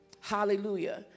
Hallelujah